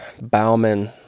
Bauman